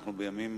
שאנחנו בימים